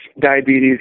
diabetes